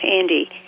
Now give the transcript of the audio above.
Andy